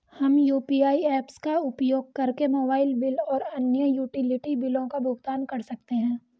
हम UPI apps का उपयोग करके मोबाइल बिल और अन्य यूटिलिटी बिलों का भुगतान कर सकते हैं